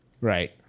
Right